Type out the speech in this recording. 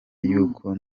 y’uko